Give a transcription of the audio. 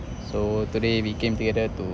so today we came together to